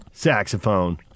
saxophone